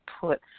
put